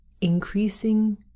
increasing